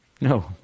No